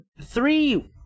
Three